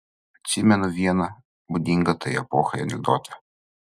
atsimenu vieną būdingą tai epochai anekdotą